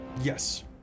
Yes